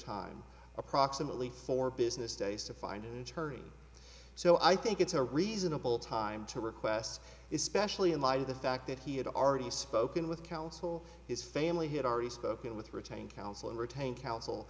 time approximately four business days to find an attorney so i think it's a reasonable time to request especially in light of the fact that he had already spoken with counsel his family had already spoken with retained counsel and retained coun